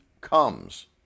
comes